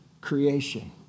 creation